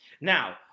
now